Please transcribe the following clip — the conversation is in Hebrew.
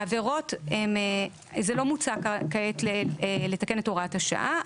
העבירות זה לא מוצע כעת לתקן את הוראת השעה.